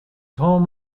home